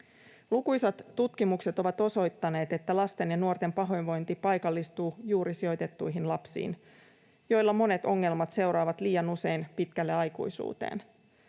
Lukuisat tutkimukset ovat osoittaneet, että lasten ja nuorten pahoinvointi paikallistuu juuri sijoitettuihin lapsiin, joilla monet ongelmat seuraavat liian usein pitkälle aikuisuuteen.